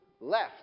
left